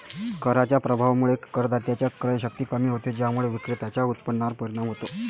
कराच्या प्रभावामुळे करदात्याची क्रयशक्ती कमी होते, ज्यामुळे विक्रेत्याच्या उत्पन्नावर परिणाम होतो